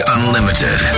Unlimited